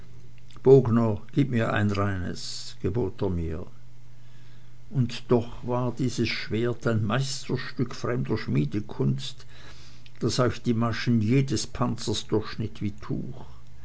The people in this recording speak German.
gib mir ein reines gebot er mir und doch war dieses schwert ein meisterstück fremder schmiedekunst das euch die maschen jedes panzers durchschnitt wie tuch